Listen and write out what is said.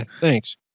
Thanks